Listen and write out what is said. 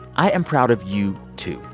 i am proud of you, too,